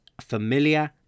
Familiar